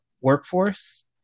workforce